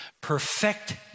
perfect